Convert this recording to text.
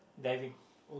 diving